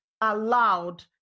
allowed